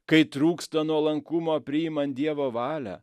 kai trūksta nuolankumo priimant dievo valią